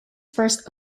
first